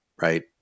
right